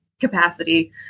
capacity